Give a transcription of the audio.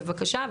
בבקשה,